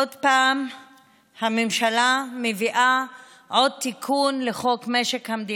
עוד פעם הממשלה מביאה עוד תיקון לחוק משק המדינה,